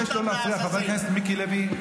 אני מבקש לא להפריע, חבר הכנסת מיקי לוי.